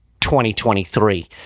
2023